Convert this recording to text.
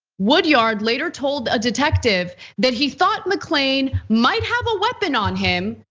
woodyard later told a detective that he thought mcclain might have a weapon on him.